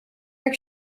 jak